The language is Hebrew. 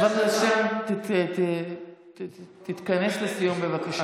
חבר הכנסת שטרן, תתכנס לסיום, בבקשה.